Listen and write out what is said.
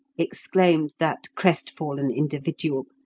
exclaimed that crestfallen individual,